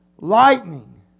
lightning